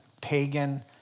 pagan